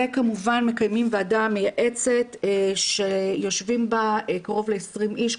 וכמובן מקיימים ועדה מייעצת שיושבים בה קרוב לעשרים איש,